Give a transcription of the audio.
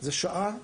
זה שעה.